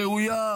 ראויה,